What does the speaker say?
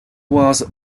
was